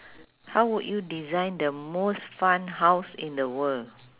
how would you design the most fun house in the world